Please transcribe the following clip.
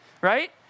right